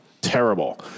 terrible